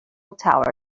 tower